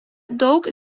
daug